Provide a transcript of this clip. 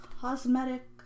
Cosmetic